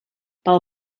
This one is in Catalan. pel